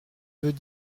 veut